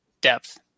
depth